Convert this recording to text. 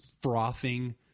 frothing